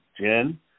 Jen